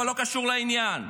אבל לא קשור לעניין.